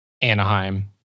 Anaheim